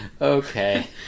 Okay